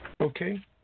Okay